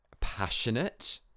passionate